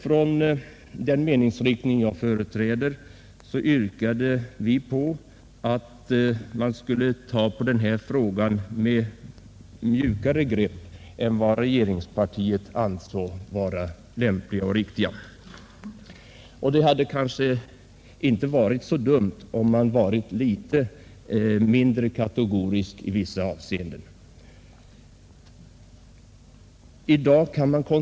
Från den meningsriktning jag företräder yrkades att man skulle ta på den här frågan med mjukare grepp än vad regeringspartiet ansåg vara rimligt och riktigt. Och det hade kanske inte varit så dumt, om man varit litet mindre kategorisk i vissa avseenden.